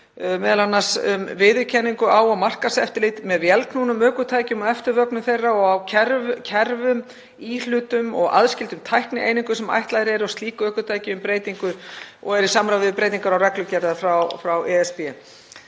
um viðurkenningu á og markaðseftirlit með vélknúnum ökutækjum og eftirvögnum þeirra og á kerfum, íhlutum og aðskildum tæknieiningum sem ætlaðar eru í slík ökutæki og eru í samræmi við breytingar á reglugerð frá ESB.